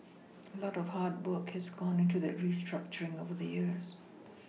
a lot of hard work has gone into that restructuring over the years